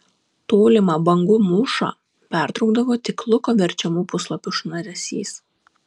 tolimą bangų mūšą pertraukdavo tik luko verčiamų puslapių šnaresys